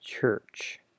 church